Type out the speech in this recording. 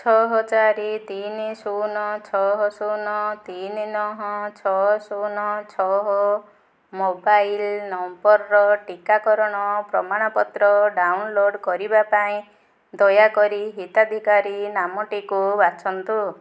ଛଅ ଚାରି ତିନି ଶୂନ ଛଅ ଶୂନ ତିନି ନଅ ଛଅ ଶୂନ ଛଅ ମୋବାଇଲ୍ ନମ୍ବର୍ର ଟିକାକରଣ ପ୍ରମାଣପତ୍ର ଡ଼ାଉନଲୋଡ଼୍ କରିବା ପାଇଁ ଦୟାକରି ହିତାଧିକାରୀ ନାମଟିକୁ ବାଛନ୍ତୁ